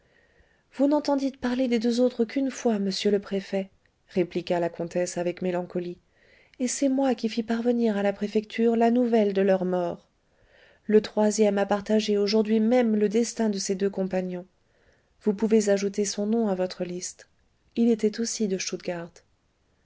vous n'entendîtes parler des deux autres qu'une fois monsieur le préfet répliqua la comtesse avec mélancolie et c'est moi qui fis parvenir a la préfecture la nouvelle de leur mort le troisième a partagé aujourd'hui même le destin de ses deux compagnons vous pouvez ajouter son nom à votre liste il était aussi de